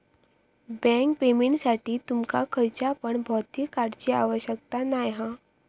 bank पेमेंटसाठी तुमका खयच्या पण भौतिक कार्डची आवश्यकता नाय हा